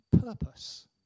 purpose